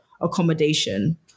accommodation